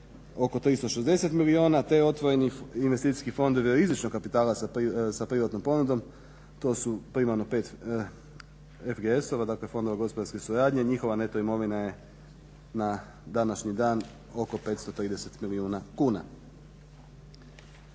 oko 360 milijuna te otvorenih investicijskih fondova rizičnog kapitala sa privatnom ponudom to su primarno 5 FGS-ova dakle fondova gospodarske suradnje. Njihova neto imovina je na današnji dan oko 530 milijuna kuna.